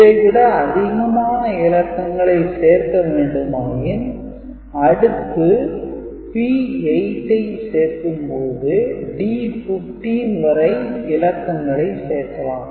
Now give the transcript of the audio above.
இதைவிட அதிகமான இலக்கங்களை சேர்க்க வேண்டுமாயின் அடுத்து P8 ஐ சேர்க்கும் போது D15 வரை இலக்கங்களை சேர்க்கலாம்